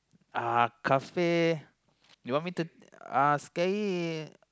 uh kafir you want me to uh scary